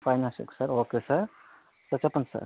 five not six ఆ sir okay sir చెప్పండి sir